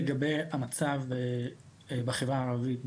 לגבי המצב בחברה הערבית,